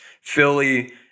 Philly